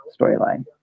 storyline